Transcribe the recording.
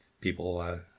people